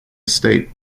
estate